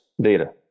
data